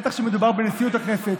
בטח כשמדובר בנשיאות הכנסת,